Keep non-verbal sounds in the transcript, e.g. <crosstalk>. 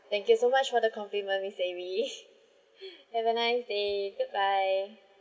thank you so much for the compliment miss amy <laughs> have a nice day goodbye